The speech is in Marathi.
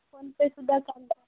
पण तेसुद्धा चालते